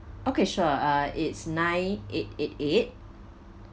okay sure uh it's nine eight eight eight